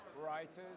writers